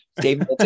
Dave